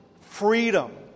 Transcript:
freedom